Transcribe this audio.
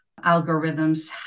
algorithms